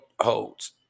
holds